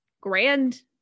grand